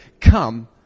come